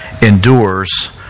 endures